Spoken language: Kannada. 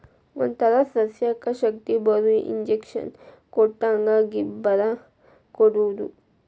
ಒಂತರಾ ಸಸ್ಯಕ್ಕ ಶಕ್ತಿಬರು ಇಂಜೆಕ್ಷನ್ ಕೊಟ್ಟಂಗ ಗಿಬ್ಬರಾ ಕೊಡುದು